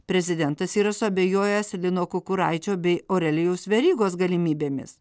prezidentas yra suabejojęs lino kukuraičio bei aurelijaus verygos galimybėmis